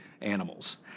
animals